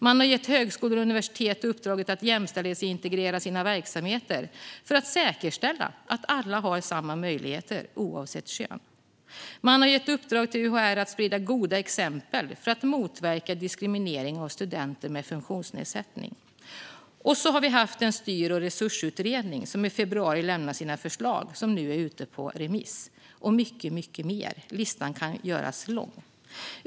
Man har gett högskolor och universitet uppdraget att jämställdhetsintegrera sina verksamheter för att säkerställa att alla, oavsett kön, har samma möjligheter. Man har gett UHR i uppdrag att sprida goda exempel för att motverka diskriminering av studenter med funktionsnedsättning. Vi har dessutom haft en styr och resursutredning som i februari lämnade in sina förslag, vilka nu är ute på remiss. Mycket mer har gjorts. Listan kan göras lång.